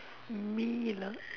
me lah